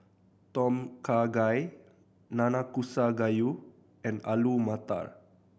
Tom Kha Gai Nanakusa Gayu and Alu Matar